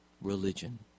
religion